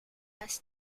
has